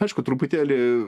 aišku truputėlį